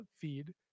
feed